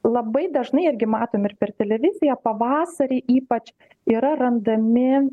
labai dažnai irgi matom ir per televiziją pavasarį ypač yra randami